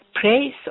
praise